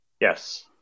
Yes